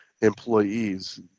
employees